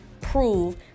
prove